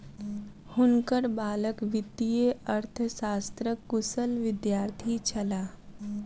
हुनकर बालक वित्तीय अर्थशास्त्रक कुशल विद्यार्थी छलाह